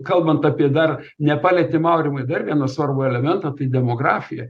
kalbant apie dar nepalietėm aurimai dar vieną svarbų elementą tai demografija